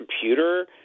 computer